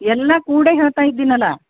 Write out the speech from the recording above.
ಎಲ್ಲಾ ಕೂಡೇ ಹೇಳ್ತಾ ಇದ್ದೀನಲ್ಲ